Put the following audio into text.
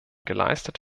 geleistet